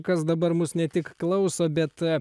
kas dabar mus ne tik klauso bet